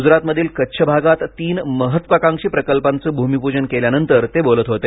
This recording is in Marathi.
गुजरातमधील कच्छ भागात तीन महत्त्वाकांक्षी प्रकल्पांचं भूमिपूजन केल्यानंतर ते बोलत होते